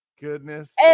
Goodness